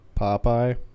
Popeye